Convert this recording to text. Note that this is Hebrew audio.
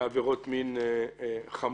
בעבירות מין חמורות,